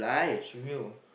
she will